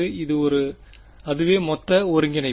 அதுவே மொத்த ஒருங்கிணைப்பு